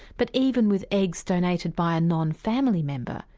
but even with eggs donated by a non-family member,